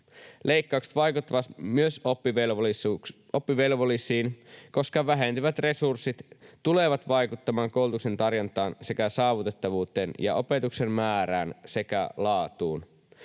Leikkaukset vaikuttavat myös oppivelvollisiin, koska vähentyvät resurssit tulevat vaikuttamaan koulutuksen tarjontaan sekä saavutettavuuteen ja opetuksen määrään sekä laatuun.